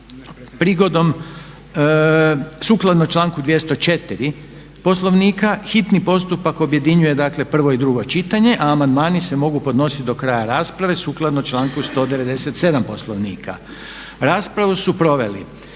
Prigodom, sukladno članku 204. Poslovnika hitni postupak objedinjuje dakle prvo i drugo čitanje a amandmani se mogu podnositi do kraja rasprave sukladno članku 197. Poslovnika. Raspravu su proveli